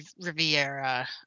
Riviera